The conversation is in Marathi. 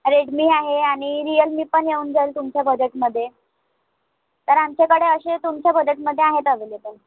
रेडमी आहे आणि रियलमी पण येऊन जाईल तुमच्या बजेटमध्ये तर आमच्याकडे असे तुमच्या बजेटमध्ये आहेत अव्हेलेबल